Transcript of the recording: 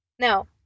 No